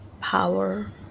power